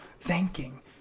thanking